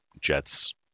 Jets